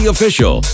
Official